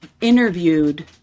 interviewed